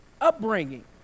upbringing